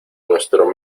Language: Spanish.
nuestro